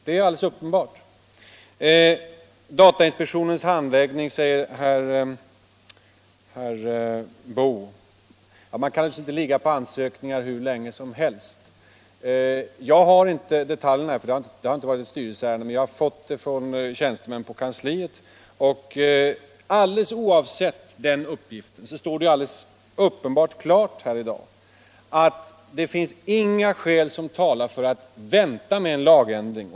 Herr Boo pekar på datainspektionens handläggning. Ja, man kan naturligtvis inte ligga på ansökningar hur länge som helst. Jag har inte tillgång till detaljerna i detta ärende, eftersom det inte varit uppe i styrelsen, men jag har fått min uppgift från tjänstemän på kansliet. Alldeles oavsett detta står det helt klart här i dag att det inte finns några skäl som talar för att vänta med en lagstiftning.